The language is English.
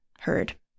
heard